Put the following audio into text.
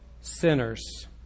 sinners